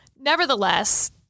nevertheless